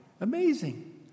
Amazing